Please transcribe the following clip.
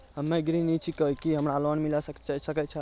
हम्मे गृहिणी छिकौं, की हमरा लोन मिले सकय छै?